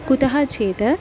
कुतः चेत्